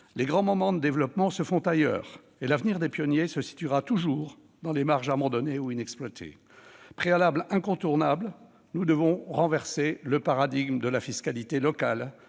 les grands moments de développement se font ailleurs, et l'avenir des pionniers se situera toujours dans les marges abandonnées ou inexploitées. Le préalable incontournable est de renverser le paradigme de la fiscalité locale,